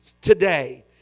today